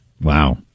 Wow